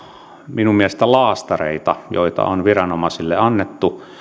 minun mielestäni semmoisia laastareita joita on viranomaisille annettu